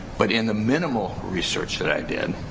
but in the minimal research that i did